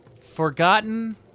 Forgotten